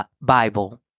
Bible